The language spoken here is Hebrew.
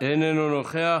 איננו נוכח.